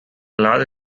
large